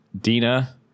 dina